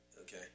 Okay